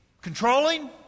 Controlling